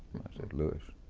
said, lewis,